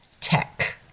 Tech